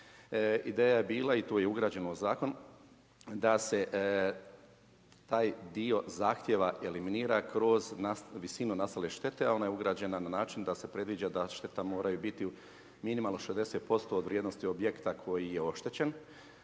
Ideja je bila i tu je ugrađeno u zakon, da se taj dio zahtjeva eliminira, kroz visinu nastale štete, a ona je ugrađena na način, da se predviđa da štete moraju biti minimalno 60% od vrijednosti objekta koji je oštećen.